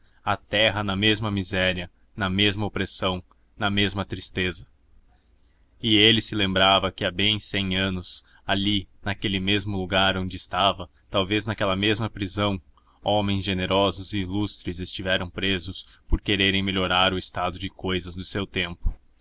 a terra na mesma miséria na mesma opressão na mesma tristeza e ele se lembrava que há bem cem anos ali naquele mesmo lugar onde estava talvez naquela mesma prisão homens generosos e ilustres estiveram presos por quererem melhorar o estado de cousas de seu tempo